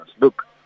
Look